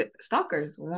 stalkers